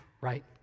right